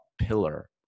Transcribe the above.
pillar